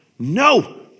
No